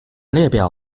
列表